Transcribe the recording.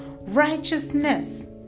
righteousness